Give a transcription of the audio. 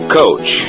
coach